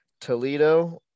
Toledo